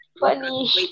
funny